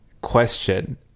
question